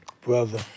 Brother